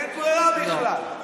אין ברירה בכלל.